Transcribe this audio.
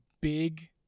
big